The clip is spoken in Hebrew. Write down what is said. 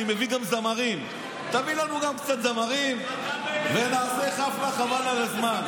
"אני מביא גם זמרים" תביא לנו גם קצת זמרים ונעשה חפלה חבל על הזמן.